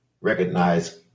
recognize